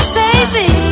baby